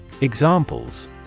Examples